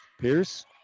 Pierce